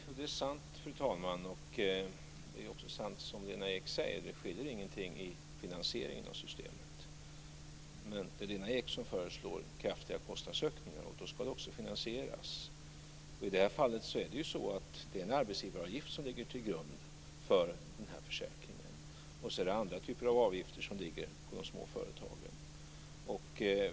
Fru talman! Det är sant. Det är också sant att det inte skiljer någonting när det gäller finansieringen av systemet. Men det är Lena Ek som föreslår kraftiga kostnadsökningar, och då ska det också finansieras. I detta fall är det en arbetsgivaravgift som ligger till grund för försäkringen. Andra typer av avgifter ligger på de små företagen.